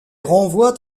renvoient